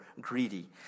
greedy